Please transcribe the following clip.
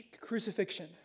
crucifixion